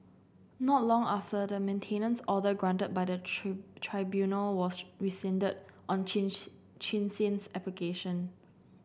not long after the maintenance order granted by the tree tribunal was rescinded on Chins Chin Sin's application